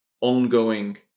ongoing